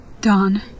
Don